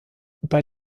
bei